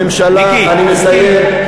אני מסיים.